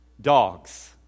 Dogs